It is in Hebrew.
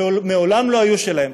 ומעולם לא היו שלהם.